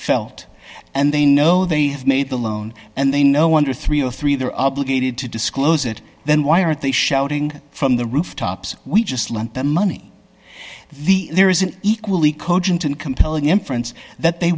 felt and they know they have made the loan and they know under three o three they're obligated to disclose it then why aren't they shouting from the rooftops we just lent them money the there is an equally cogent and compelling inference that they